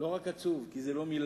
לא רק עצוב, עצוב זה לא מלה.